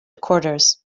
recorders